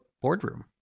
boardroom